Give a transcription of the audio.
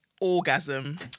orgasm